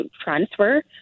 transfer